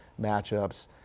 matchups